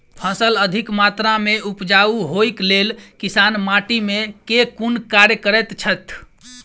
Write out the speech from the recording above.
फसल अधिक मात्रा मे उपजाउ होइक लेल किसान माटि मे केँ कुन कार्य करैत छैथ?